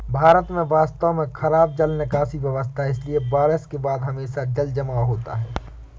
भारत में वास्तव में खराब जल निकासी व्यवस्था है, इसलिए बारिश के बाद हमेशा जलजमाव होता है